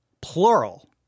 plural